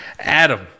Adam